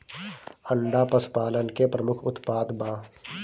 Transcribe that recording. अंडा पशुपालन के प्रमुख उत्पाद बा